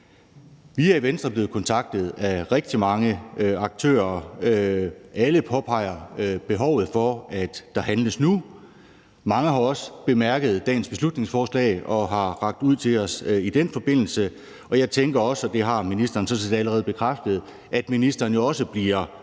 Vi er i Venstre blevet kontaktet af rigtig mange aktører. Alle påpeger behovet for, at der handles nu. Mange har også bemærket dagens beslutningsforslag og har rakt ud til os i den forbindelse, og jeg tænker også, og det har ministeren sådan set allerede bekræftet, at ministeren også bliver